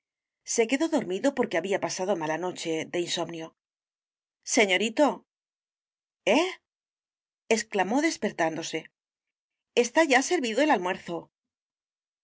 se quedó dormido porque había pasado mala noche de insomnio señorito eh exclamó despertándose está ya servido el almuerzo